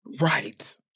Right